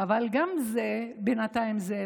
אבל גם זה, בינתיים לא קורה.